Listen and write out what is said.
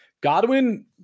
Godwin